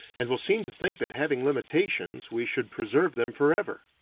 and will seem to think that having limitations we should preserve them forever.